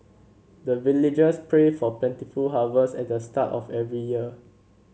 the villagers pray for plentiful harvest at the start of every year